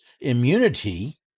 immunity